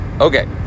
Okay